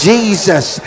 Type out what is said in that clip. Jesus